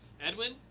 Edwin